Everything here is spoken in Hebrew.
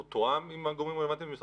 הוא תואם עם הגורמים הרלוונטיים במשרד